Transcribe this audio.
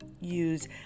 use